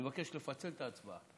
אני מבקש לפצל את ההצבעה,